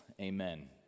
Amen